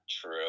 True